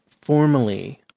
formally